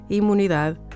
imunidade